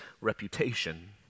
reputation